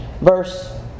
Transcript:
verse